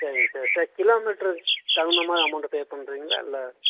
சரிங்க sir sir கிலோமீட்ருக்கு தகுந்த மாதிரி அமௌண்ட்டை பே பண்ணுறீங்களா இல்லை